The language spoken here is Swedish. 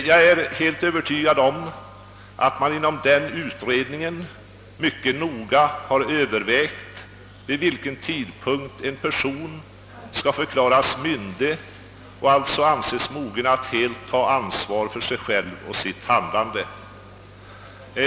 Jag är övertygad om att man inom denna utredning mycket noga har övervägt vid vilken ålder en person skall förklaras myndig och alltså anses mogen att helt ta ansvar för sig själv och sitt handlande.